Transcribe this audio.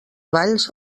valls